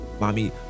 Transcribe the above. Mommy